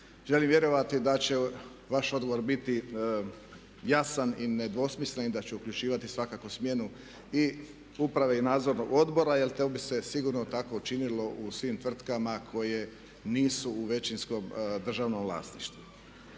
Želim vjerovati da će vaš odgovor biti jasan i nedvosmislen i da će uključivati svakako smjenu i uprave i nadzornog odbora jer to bi se sigurno tako činilo u svim tvrtkama koje nisu u većinskom državnom vlasništvu.